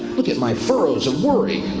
look at my frowns of worry.